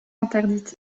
interdite